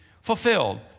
fulfilled